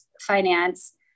finance